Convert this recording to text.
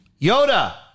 Yoda